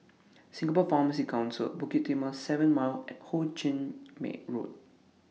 Singapore Pharmacy Council Bukit Timah seven Mile and Ho Ching Road